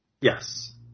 Yes